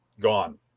gone